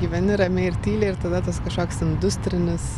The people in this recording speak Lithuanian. gyveni ramiai ir tyliai ir tada tas kažkoks industrinis